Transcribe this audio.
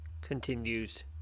continues